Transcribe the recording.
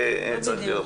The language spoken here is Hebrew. שצריך להיות.